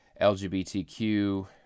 LGBTQ